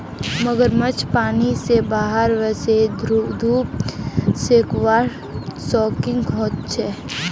मगरमच्छ पानी से बाहर वोसे धुप सेकवार शौक़ीन होचे